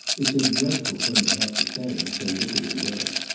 it's a dreadful thing to have to say, in so wicked a world,